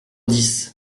dix